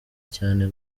cyane